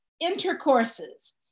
Intercourses